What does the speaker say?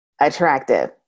attractive